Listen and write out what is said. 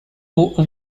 who